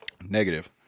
Negative